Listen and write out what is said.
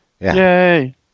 Yay